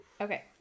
Okay